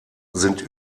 sind